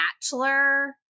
bachelor